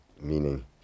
meaning